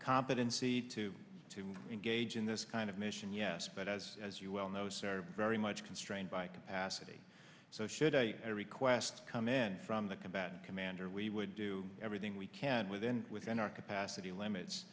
competency to to engage in this kind of mission yes but as as you well know sir very much constrained by capacity so should i request come in from the combatant commander we would do everything we can within within our capacity limits